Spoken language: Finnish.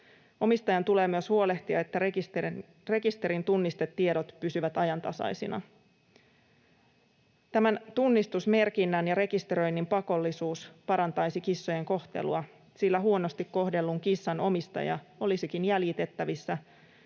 Omistajan tulee huolehtia myös siitä, että rekisterin tunnistetiedot pysyvät ajantasaisina. Tämän tunnistusmerkinnän ja rekisteröinnin pakollisuus parantaisi kissojen kohtelua, sillä huonosti kohdellun kissan omistaja olisikin jäljitettävissä